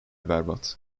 berbat